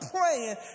praying